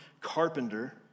carpenter